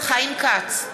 חיים כץ,